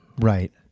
Right